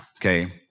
Okay